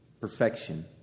Perfection